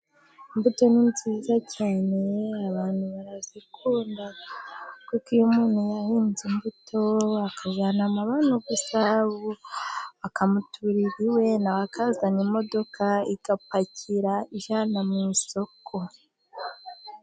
Imbuto ni nziza cyane abantu barazikunda kuko iyo umuntu yahinze imbuto bakajya m'umurima gusarura bakamuturira iwe, nawe azana imodoka igapakira ijyana mu isoko.